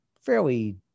fairly